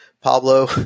Pablo